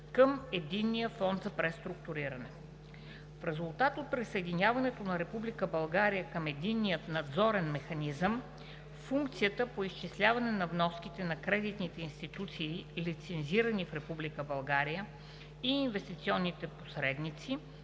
към Единния фонд за преструктуриране. В резултат от присъединяването на Република България към Единния надзорен механизъм функцията по изчисляване на вноските на кредитните институции, лицензирани в Република България, и инвестиционните посредници,